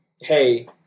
hey